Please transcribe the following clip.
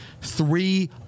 three